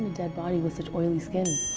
dead body with such oily skin.